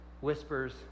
whispers